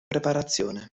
preparazione